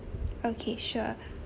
okay sure